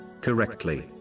correctly